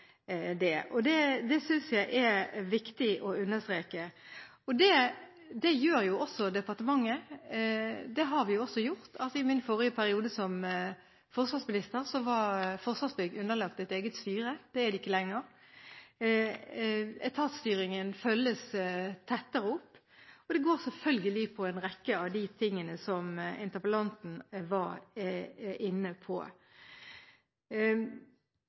og gjøre noe med det. Det synes jeg det er viktig å understreke. Det gjør departementet – det har vi jo også gjort. I min forrige periode som forsvarsminister var Forsvarsbygg underlagt et eget styre. Det er det ikke lenger. Etatsstyringen følges tettere opp, og det går selvfølgelig på en rekke av de tingene som interpellanten var inne på.